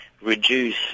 reduce